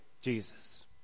jesus